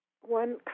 one